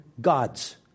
gods